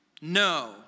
No